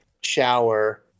shower